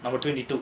number twenty two